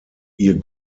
ihr